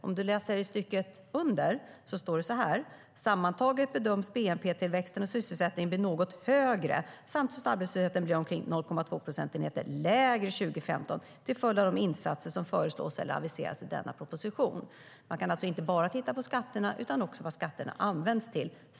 Om du läser i stycket därunder ser du att det står så här: "Sammantaget bedöms BNP-tillväxten och sysselsättningen bli något högre samtidigt som arbetslösheten blir omkring 0,2 procentenheter lägre 2015 till följd av de insatser som föreslås eller aviseras i denna proposition. "Man kan alltså inte bara titta på skatterna, utan man måste också titta på vad skatterna används till.